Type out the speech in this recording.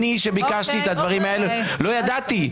אני, כשביקשתי את הדברים האלה, לא ידעתי.